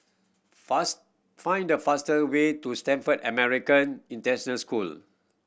fast find the faster way to Stamford American International School